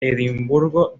edimburgo